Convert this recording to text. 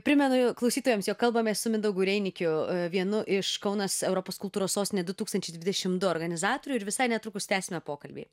primenu klausytojams jog kalbamės su mindaugu reinikiu vienu iš kaunas europos kultūros sostinė du tūkstančiai dvidešimt du organizatoriu ir visai netrukus tęsime pokalbį